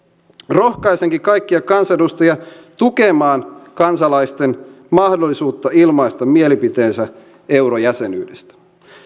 rohkaisenkin kaikkia kansanedustajia tukemaan kansalaisten mahdollisuutta ilmaista mielipiteensä eurojäsenyydestä